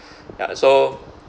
ya so